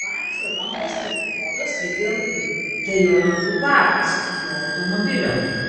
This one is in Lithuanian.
vacio rankos tepaluotos ligi alkūnių tai jo rankų kvapas jo automobilio